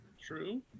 true